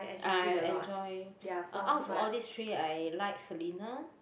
I enjoy uh out of all these three I like Selina